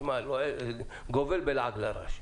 זה גובל בלעג לרש.